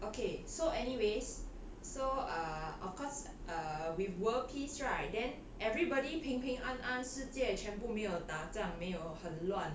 okay so anyways so err of course err with world peace right then everybody 平平安安世界全部没有打战没有很乱